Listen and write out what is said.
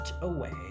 away